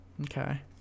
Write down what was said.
Okay